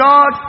God